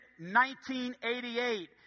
1988